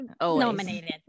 nominated